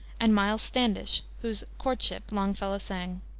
and miles standish, whose courtship longfellow sang.